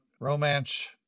romance